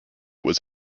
was